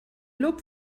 looked